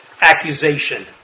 accusation